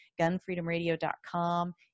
gunfreedomradio.com